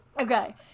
Okay